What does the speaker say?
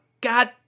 God